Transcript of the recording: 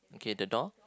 okay the door